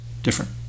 different